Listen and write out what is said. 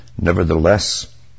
Nevertheless